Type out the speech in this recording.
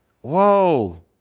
Whoa